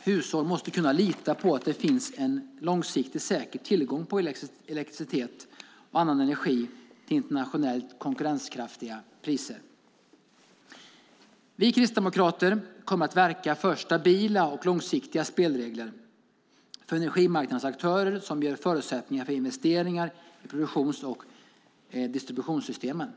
hushåll måste kunna lita på att det finns en långsiktigt säker tillgång på elektricitet och annan energi till internationellt konkurrenskraftiga priser. Vi kristdemokrater kommer att verka för stabila och långsiktiga spelregler för energimarknadens aktörer som ger förutsättningar för investeringar i produktions och distributionssystemen.